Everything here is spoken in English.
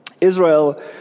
Israel